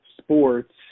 sports